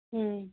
ହୁଁ